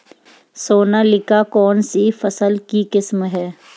सोनालिका कौनसी फसल की किस्म है?